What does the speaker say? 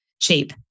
cheap